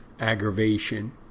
aggravation